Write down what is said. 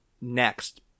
next